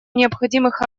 необходимых